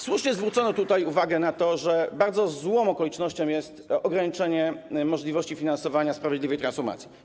Słusznie zwrócono tutaj uwagę na to, że bardzo złą okolicznością jest ograniczenie możliwości finansowania sprawiedliwej transformacji.